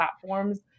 platforms